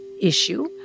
issue